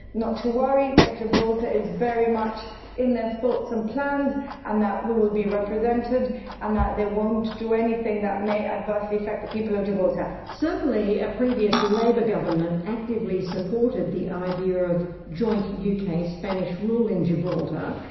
not to worry, that gibraltar is very much in their thoughts and plans and that we will be represented and that they won't do anything that may adversely affect the people of gibraltar. certainly a previous labour government actively supported the idea of a joint uk-spanish rule in gibraltar.